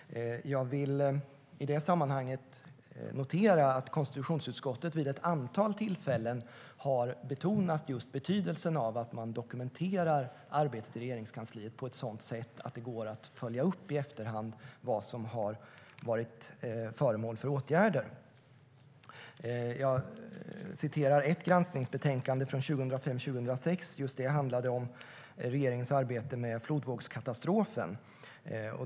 Jag vill i det sammanhanget notera att konstitutionsutskottet vid ett antal tillfällen har betonat betydelsen av att man dokumenterar arbetet i Regeringskansliet på ett sådant sätt att det går att följa upp i efterhand vad som har varit föremål för åtgärder. Jag har här ett granskningsbetänkande från 2005-2006. Just det handlade om regeringens arbete med flodvågskatastrofen.